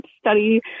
study